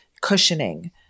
cushioning